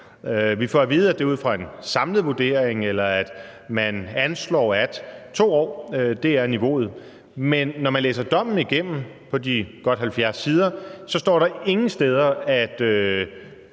Vi får at vide, at det ud fra en samlet vurdering – eller at man anslår – at 2 år er niveauet. Men når man læser dommen på de godt 70 sider igennem, står der ingen steder, at